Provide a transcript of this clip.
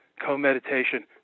co-meditation